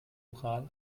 oral